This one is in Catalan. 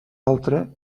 altra